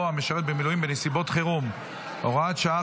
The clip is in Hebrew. המשרת במילואים בנסיבות חירום) (הוראת שעה,